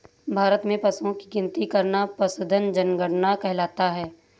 भारत में पशुओं की गिनती करना पशुधन जनगणना कहलाता है